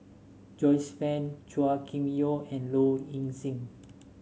Joyce Fan Chua Kim Yeow and Low Ing Sing